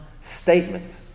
statement